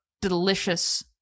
delicious